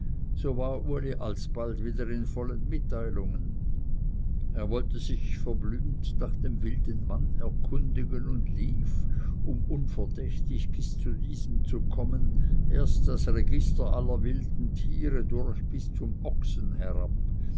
so war uli alsbald wieder in vollen mitteilungen er wollte sich verblümt nach dem wildenmann erkundigen und lief um unverdächtig bis zu diesem zu kommen erst das register aller wilden tiere durch bis zum ochsen herab